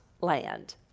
land